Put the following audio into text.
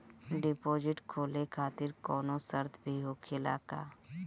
Deposit खोले खातिर कौनो शर्त भी होखेला का?